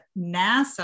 NASA